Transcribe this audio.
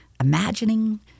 imagining